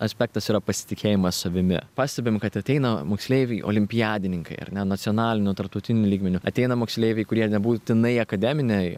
aspektas yra pasitikėjimas savimi pastebim kad ateina moksleiviai olimpiadininkai ar ne nacionaliniu tarptautiniu lygmeniu ateina moksleiviai kurie nebūtinai akademinėj